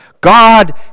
God